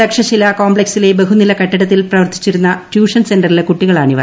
തക്ഷശില കോംപ്ലക്സിലെ ബഹുനിലു ഉകിട്ടിടത്തിൽ പ്രവർത്തിച്ചിരുന്ന ട്യൂഷൻ സെൻററിലെ കുട്ടികളാണിവർ